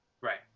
Right